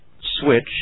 switch